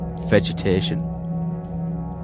vegetation